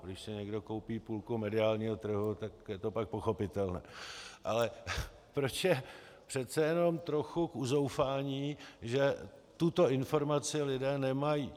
Když si někdo koupí půlku mediálního trhu, tak je to pak pochopitelné ale proč je přece jenom trochu k uzoufání, že tuto informaci lidé nemají.